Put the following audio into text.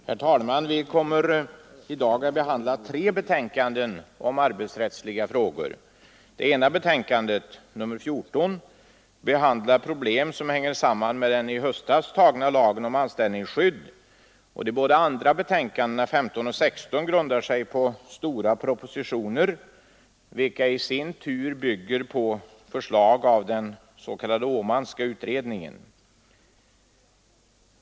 Herr talman! Vi kommer i dag att behandla tre betänkanden om arbetsrättsliga frågor. Det ena betänkandet, nr 14, behandlar problem som hänger samman med den i höstas antagna lagen om anställningsskydd. De båda andra betänkandena, nr 15 och 16, grundar sig på två stora propositioner, vilka i sin tur bygger på förslag av den s.k. Åmanska utredningen.